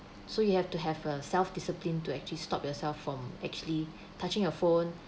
so you have to have a self discipline to actually stop yourself from actually touching your phone